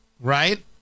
Right